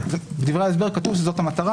בדברי ההסבר כתוב שזאת המטרה,